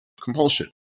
compulsion